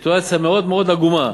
סיטואציה מאוד מאוד עגומה,